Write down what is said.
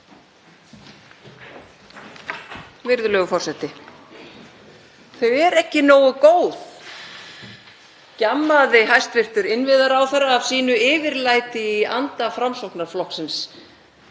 Virðulegur forseti. „Þau eru ekki nógu góð,“ gjammaði hæstv. innviðaráðherra af sínu yfirlæti í anda Framsóknarflokksins